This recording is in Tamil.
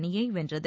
அணியை வென்றது